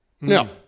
No